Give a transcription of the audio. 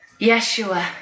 Yeshua